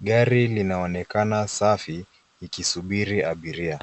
Gari linaonekana safi likisubiri abiria.